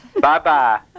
Bye-bye